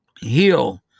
heal